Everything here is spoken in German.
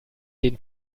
den